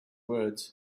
words